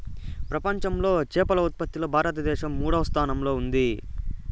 ప్రపంచంలో చేపల ఉత్పత్తిలో భారతదేశం మూడవ స్థానంలో ఉంది